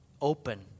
open